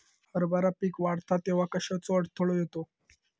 हरभरा पीक वाढता तेव्हा कश्याचो अडथलो येता?